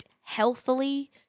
healthily